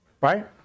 right